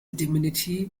diminutive